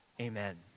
Amen